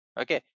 Okay